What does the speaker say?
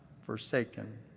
forsaken